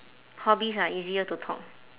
hobbies ah easier to talk